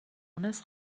مونس